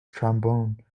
trombone